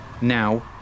Now